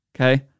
okay